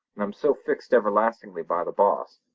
i'm so fixed everlastingly by the boss,